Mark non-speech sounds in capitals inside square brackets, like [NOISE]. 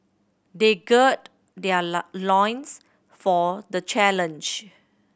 they gird their [UNINTELLIGIBLE] loins for the challenge